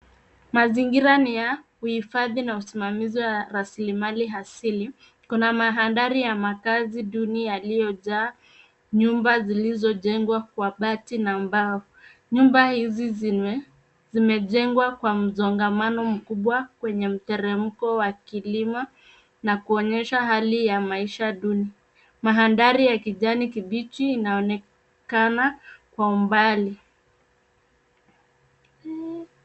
Mazingira ni ya uhifadhi na usimamizi wa rasilimali asili. Kuna mandhari ya makazi duni yaliyojaa nyumba zilizojengwa kwa bati na mbao. Nyumba hizi zimejengwa kwa msongamano mkubwa kwenye mteremko wa kilima na kuonyesha hali ya maisha duni. Mandhari ya kijani kibichi inaonekana kwa umbali.